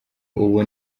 ubu